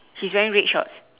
he's wearing red shorts